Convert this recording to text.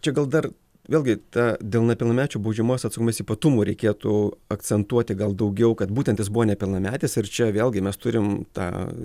čia gal dar vėlgi ta dėl nepilnamečių baudžiamos atsakomybės ypatumų reikėtų akcentuoti gal daugiau kad būtent jis buvo nepilnametis ir čia vėlgi mes turim tą